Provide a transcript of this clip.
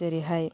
जेरैहाय